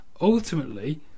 ultimately